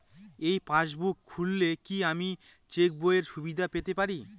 এই পাসবুক খুললে কি আমি চেকবইয়ের সুবিধা পেতে পারি?